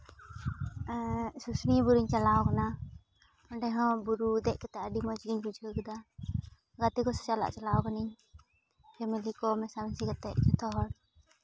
ᱥᱩᱥᱩᱱᱤᱭᱟ ᱵᱩᱨᱩᱧ ᱪᱟᱞᱟᱣ ᱠᱟᱱᱟ ᱚᱸᱰᱮ ᱦᱚᱸ ᱵᱩᱨᱩ ᱫᱮᱡ ᱠᱟᱛᱮ ᱟᱹᱰᱤ ᱢᱚᱡᱽ ᱜᱮᱧ ᱵᱩᱡᱷᱟᱹᱣ ᱠᱟᱫᱟ ᱜᱟᱛᱮ ᱠᱚ ᱥᱟᱞᱟᱜ ᱪᱟᱞᱟᱣ ᱠᱟᱱᱟᱧ ᱯᱷᱮᱢᱮᱞᱤ ᱠᱚ ᱢᱮᱥᱟᱢᱮᱥᱤ ᱠᱟᱛᱮ ᱡᱚᱛᱚᱦᱚᱲ